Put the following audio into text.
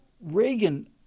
Reagan